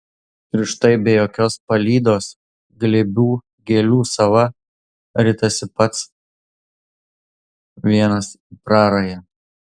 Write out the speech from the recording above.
ir štai be jokios palydos glėbių gėlių sava ritasi pats vienas į prarają